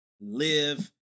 live